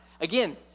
Again